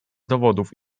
dowodów